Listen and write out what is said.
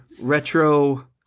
retro